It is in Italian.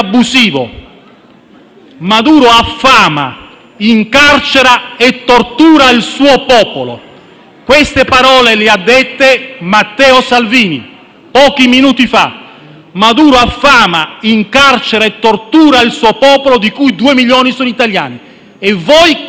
Maduro affama, incarcera e tortura il suo popolo». Queste parole le ha dette Matteo Salvini, pochi minuti fa. Maduro affama, incarcera e tortura il suo popolo, di cui 2 milioni sono italiani. E voi che fate?